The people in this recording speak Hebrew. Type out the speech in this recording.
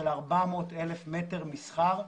של 400,000 מטרים מסחר.